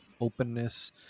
openness